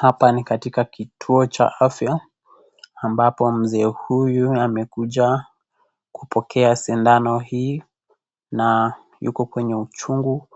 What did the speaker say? Hapa ni katika kituo cha afya, ambapo mzee huyu amekuja kupokea sindano hii na yuko kwenye uchungu